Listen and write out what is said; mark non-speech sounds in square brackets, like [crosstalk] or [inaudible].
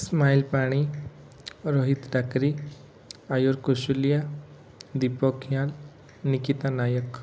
smile Pani Rohit Takri Ayur Kushaliya Deepak [unintelligible] Nikita Nayak